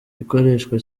gikoreshwa